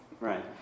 Right